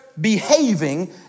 behaving